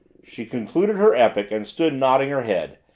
she concluded her epic and stood nodding her head,